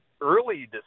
early